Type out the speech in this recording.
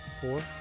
four